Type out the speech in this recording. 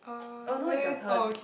oh no it's your turn